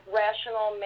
rational